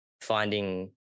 finding